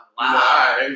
Wow